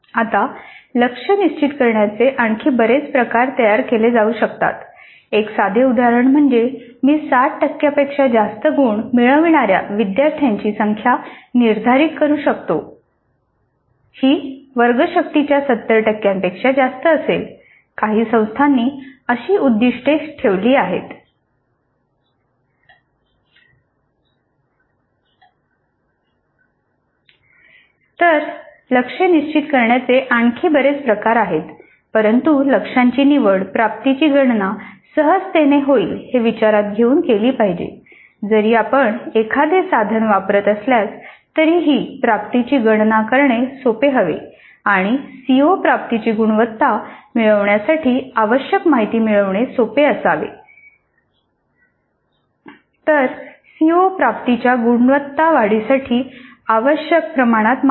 आता लक्ष्य निश्चित करण्याचे आणखी बरेच प्रकार तयार केले जाऊ शकतात एक साधे उदाहरण म्हणजे मी 60 टक्केपेक्षा जास्त गुण मिळविणाऱ्या विद्यार्थ्यांची संख्या निर्धारित करू शकतो तर सीओ प्राप्तीच्या गुणवत्ता वाढीसाठी आवश्यक प्रमाणात माहिती